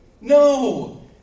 No